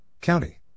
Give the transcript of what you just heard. County